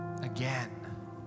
again